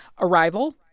arrival